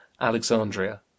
alexandria